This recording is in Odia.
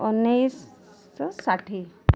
ଉଣେଇଶିଶହ ଷାଠିଏ